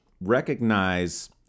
recognize